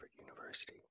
University